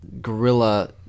guerrilla